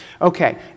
Okay